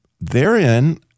therein